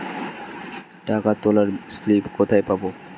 টাকা তোলার স্লিপ কোথায় পাব?